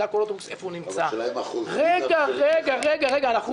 האוצר חושף אותה נניח על